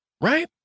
right